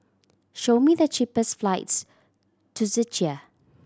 show me the cheapest flights to Czechia